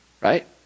Right